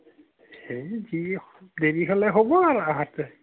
এই যি দেৰি হ'লে হ'ব আৰু আহোঁতে